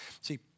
See